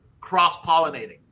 cross-pollinating